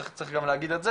צריך גם להגיד את זה,